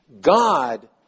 God